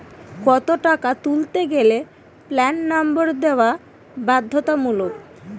কত টাকা তুলতে গেলে প্যান নম্বর দেওয়া বাধ্যতামূলক?